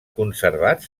conservats